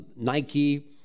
Nike